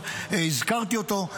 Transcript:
הזכרתי אותו,